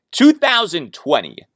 2020